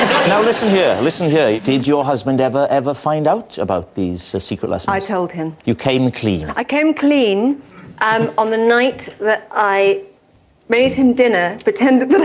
listen here, listen here, did your husband ever ever find out about these secret lessons? i told him. you came clean. i came clean um on the night that i made him dinner, pretending